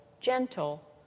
gentle